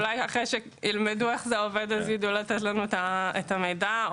אולי אחרי שידעו איך זה עובד יוכלו לתת לנו את המידע הרלוונטי,